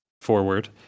forward